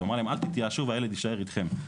הוא אמר להם אל תתייאשו והילד יישאר איתכם.